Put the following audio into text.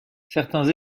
certains